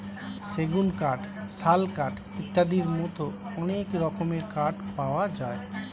সেগুন কাঠ, শাল কাঠ ইত্যাদির মতো অনেক রকমের কাঠ পাওয়া যায়